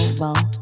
roll